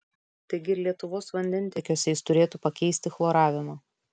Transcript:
taigi ir lietuvos vandentiekiuose jis turėtų pakeisti chloravimą